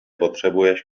potřebuješ